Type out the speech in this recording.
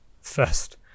first